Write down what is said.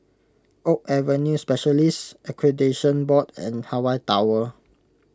Oak Avenue Specialists Accreditation Board and Hawaii Tower